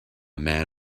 man